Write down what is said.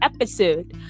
episode